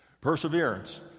Perseverance